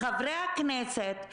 חברי הכנסת,